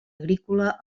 agrícola